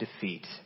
defeat